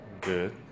good